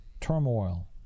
turmoil